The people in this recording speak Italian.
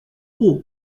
who